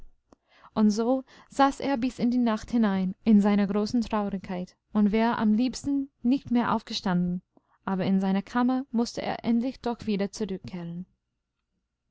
und so saß er bis in die nacht hinein in seiner großen traurigkeit und wäre am liebsten nicht mehr aufgestanden aber in seine kammer mußte er endlich doch wieder zurückkehren